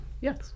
yes